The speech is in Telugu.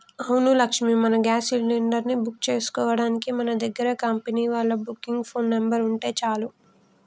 అవును లక్ష్మి మనం గ్యాస్ సిలిండర్ ని బుక్ చేసుకోవడానికి మన దగ్గర కంపెనీ వాళ్ళ బుకింగ్ ఫోన్ నెంబర్ ఉంటే చాలు